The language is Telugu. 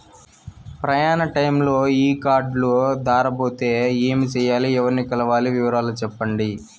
ప్రయాణ టైములో ఈ కార్డులు దారబోతే ఏమి సెయ్యాలి? ఎవర్ని కలవాలి? వివరాలు సెప్పండి?